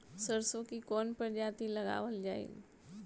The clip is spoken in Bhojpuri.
सरसो की कवन प्रजाति लगावल जाई?